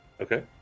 Okay